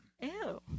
Ew